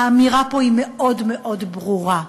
האמירה פה היא מאוד מאוד ברורה.